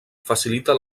facilita